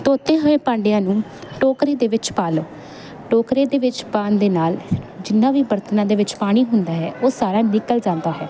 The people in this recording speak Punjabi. ਧੋਤੇ ਹੋਏ ਭਾਂਡਿਆਂ ਨੂੰ ਟੋਕਰੀ ਦੇ ਵਿੱਚ ਪਾ ਲਓ ਟੋਕਰੇ ਦੇ ਵਿੱਚ ਪਾਉਣ ਦੇ ਨਾਲ ਜਿੰਨਾ ਵੀ ਬਰਤਨਾਂ ਦੇ ਵਿੱਚ ਪਾਣੀ ਹੁੰਦਾ ਹੈ ਉਹ ਸਾਰਾ ਨਿਕਲ ਜਾਂਦਾ ਹੈ